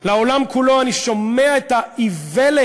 לעולם כולו, אני שומע את האיוולת,